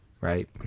Right